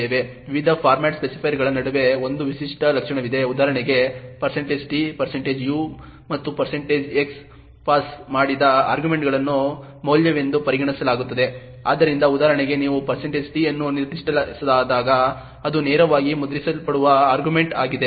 ವಿವಿಧ ಫಾರ್ಮ್ಯಾಟ್ ಸ್ಪೆಸಿಫೈಯರ್ಗಳ ನಡುವೆ ಒಂದು ವಿಶಿಷ್ಟ ಲಕ್ಷಣವಿದೆ ಉದಾಹರಣೆಗೆ t u ಮತ್ತು x ಪಾಸ್ ಮಾಡಿದ ಆರ್ಗ್ಯುಮೆಂಟ್ಗಳನ್ನು ಮೌಲ್ಯವೆಂದು ಪರಿಗಣಿಸಲಾಗುತ್ತದೆ ಆದ್ದರಿಂದ ಉದಾಹರಣೆಗೆ ನೀವು t ಅನ್ನು ನಿರ್ದಿಷ್ಟಪಡಿಸಿದಾಗ ಅದು ನೇರವಾಗಿ ಮುದ್ರಿಸಲ್ಪಡುವ ಆರ್ಗ್ಯುಮೆಂಟ್ ಆಗಿದೆ